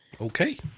Okay